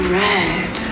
red